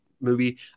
movie